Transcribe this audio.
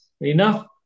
enough